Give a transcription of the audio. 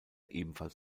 ebenfalls